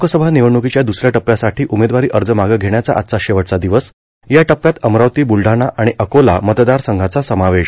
लोकसभा निवडणुकीच्या दुसऱ्या टप्प्यासाठी उमेदवारी अर्ज मागं घेण्याचा आजचा शेवटचा दिवस या टप्प्यात अमरावती ब्रुलढाणा आणि अकोला मतदारसंघांचा समावेश